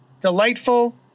delightful